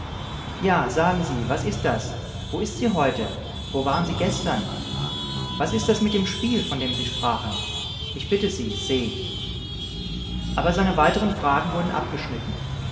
ja sagen sie was ist das wo ist sie heute wo waren sie gestern was ist das mit dem spiel von dem sie sprachen ich bitte sie se aber seine weiteren fragen wurden abgeschnitten